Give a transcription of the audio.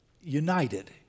united